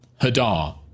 Hadar